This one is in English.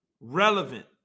relevant